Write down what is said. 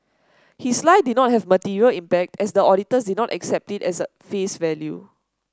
his lie did not have material impact as the auditors did not accept it at face value